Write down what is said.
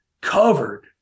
covered